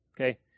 okay